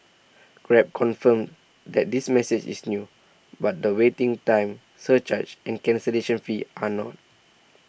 grab confirms that this message is new but the waiting time surcharge and cancellation fee are not